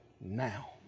now